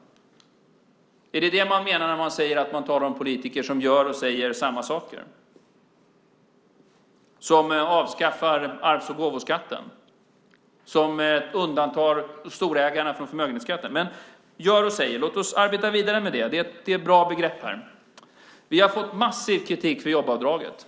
Är det det man menar när man talar om politiker som gör och säger samma saker, att man avskaffar arvs och gåvoskatten och undantar storägarna från förmögenhetsskatten? Gör och säger. Låt oss arbeta vidare med det. Det är ett bra begrepp här. Vi har fått massiv kritik för jobbavdraget.